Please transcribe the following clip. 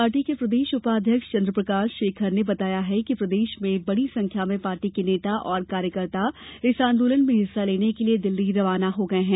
party के प्रदेश के उपाध्यक्ष चंद्रप्रभाष शेखर ने बताया कि प्रदेश से बड़ी संख्या में पार्टी के नेता और कार्यकर्ता इस आंदोलन में हिस्सा लेने के लिए दिल्ली रवाना हो गये हैं